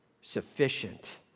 Sufficient